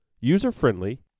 user-friendly